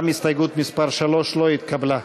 גם הסתייגות מס' 3 לא התקבלה.